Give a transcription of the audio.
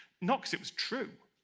not cause it was true,